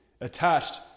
attached